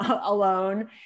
alone